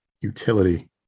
Utility